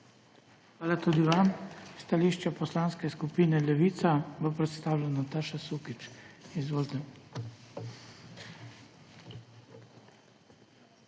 Hvala tudi vam. Stališče Poslanske skupine Levica bo predstavila Nataša Sukič. Izvolite.